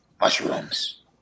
mushrooms